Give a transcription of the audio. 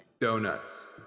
Donuts